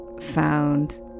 found